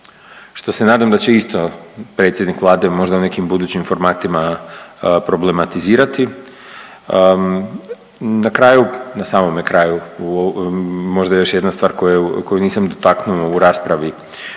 što se nadam da će isto predsjednik Vlade možda u nekim budućim formatima problematizirati. Na kraju, na samome kraju možda još jedna stvar koju nisam dotaknuo u raspravi